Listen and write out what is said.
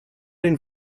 den